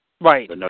Right